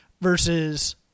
versus